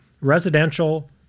residential